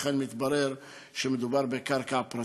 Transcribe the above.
ואכן מתברר שמדובר בקרקע פרטית.